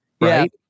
right